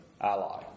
ally